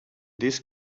this